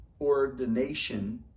ordination